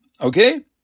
Okay